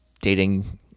dating